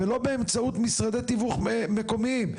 ולא באמצעות משרדי מיון מקומיים,